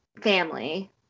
family